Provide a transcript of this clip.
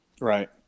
Right